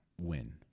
win